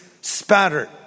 spattered